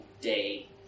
day